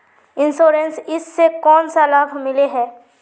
Insurance इस से कोन सा लाभ मिले है?